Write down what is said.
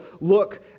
look